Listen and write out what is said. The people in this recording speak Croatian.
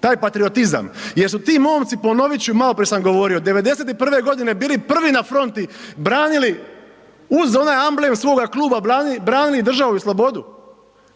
taj patriotizam jer su ti momci, ponovit ću maloprije sam govorio, '91.g. bili prvi na fronti, branili uz onaj amblem svoga kluba, branili državu i slobodu,